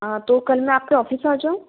हाँ तो कल मैं आपके ऑफिस आ जाऊँ